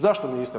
Zašto niste?